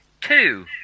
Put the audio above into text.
Two